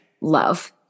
love